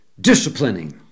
disciplining